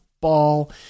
ball